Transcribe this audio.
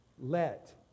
Let